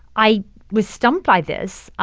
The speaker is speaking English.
i was stumped by this.